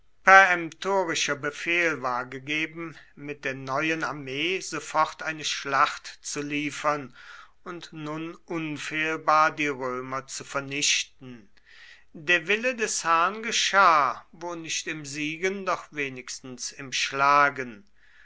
peremtorischer befehl war gegeben mit der neuen armee sofort eine zweite schlacht zu liefern und nun unfehlbar die römer zu vernichten der wille des herrn geschah wo nicht im siegen doch wenigstens im schlagen